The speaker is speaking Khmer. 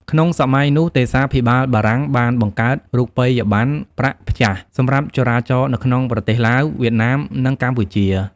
ក្នុងសម័យនោះ ទេសាភិបាលបានបង្កើតរូបិយប័ណ្ណ ប្រាក់ព្យ៉ាស់ សម្រាប់ចរាចរនៅក្នុងប្រទេសឡាវ វៀតណាម និងកម្ពុជា។